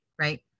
right